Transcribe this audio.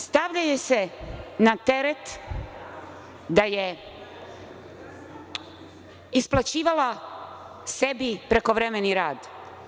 Stavlja joj se na teret da je isplaćivala sebi prekovremeni rad.